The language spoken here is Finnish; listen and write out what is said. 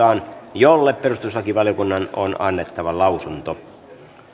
jolle perustuslakivaliokunnan on annettava lausunto